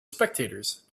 spectators